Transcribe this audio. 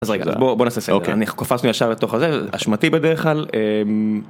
אז רגע בוא בוא נעשה סדר אני... קפצנו עכשיו לתוך הזה אשמתי בדרך כלל.